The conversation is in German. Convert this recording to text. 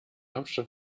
hauptstadt